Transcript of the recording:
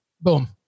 Boom